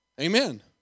Amen